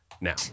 now